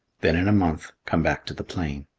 then in a month come back to the plain.